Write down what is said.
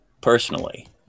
personally